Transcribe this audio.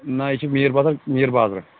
نہ یہِ چھُ میٖر بازر میٖر بازرٕ